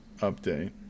update